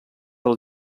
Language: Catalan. del